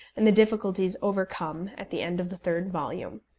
and the difficulties overcome at the end of the third volume.